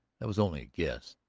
that was only a guess,